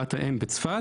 במרפאת האם בצפת,